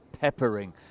peppering